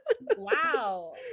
wow